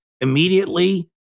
Immediately